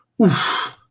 Oof